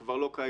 זה כבר לא קיים.